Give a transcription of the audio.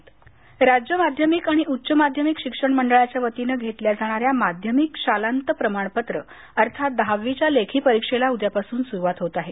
दहावी परीक्षा राज्य माध्यमिक आणि उच्च माध्यमिक शिक्षण मंडळाच्या वतीनं घेतल्या जाणाऱ्या माध्यमिक शालांत प्रमाणपत्र अर्थात दहावीच्या लेखी परीक्षेला उद्यापासून सुरुवात होत आहे